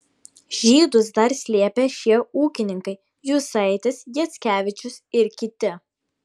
žydus dar slėpė šie ūkininkai jusaitis jackevičius ir kiti